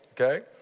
Okay